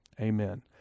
Amen